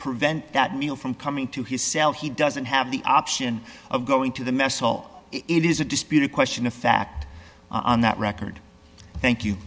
prevent that meal from coming to his cell he doesn't have the option of going to the mess hall it is a disputed question of fact on that record thank you